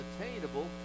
attainable